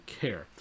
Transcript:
care